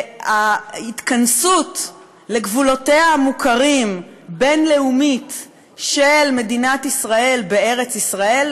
וההתכנסות לגבולותיה המוכרים בין-לאומית של מדינת ישראל בארץ ישראל,